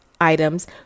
items